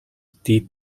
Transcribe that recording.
deep